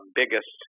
biggest